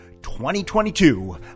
2022